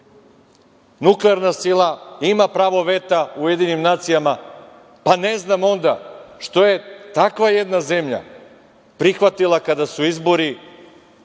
nuklearna sila, ima pravo veta u Ujedinjenim nacijama. Pa, ne znam onda što je takva jedna zemlja prihvatila kada su izbori